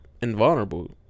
Invulnerable